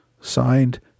Signed